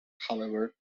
however